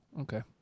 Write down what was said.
okay